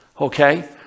Okay